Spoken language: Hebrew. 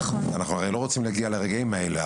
אנחנו הרי לא רוצים להגיע לרגעים האלה,